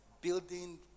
Building